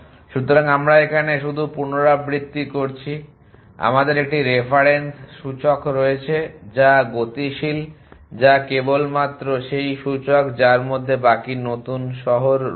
সুতরাং আমরা এখানে শুধু পুনরাবৃত্তি করছি আমাদের একটি রেফারেন্স সূচক রয়েছে যা গতিশীল যা কেবলমাত্র সেই সূচক যার মধ্যে বাকি নতুন শহর রয়েছে